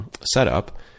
setup